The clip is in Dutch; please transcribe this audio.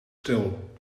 stil